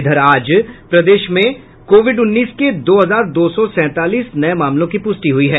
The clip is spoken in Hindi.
इधर आज प्रदेश में कोविड उन्नीस के दो हजार दो सौ सैंतालीस नये मामलों की प्रष्टि हुई है